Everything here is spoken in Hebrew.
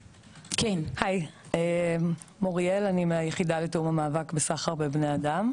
אני מהיחידה לתיאום המאבק בסחר בבני אדם.